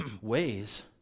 ways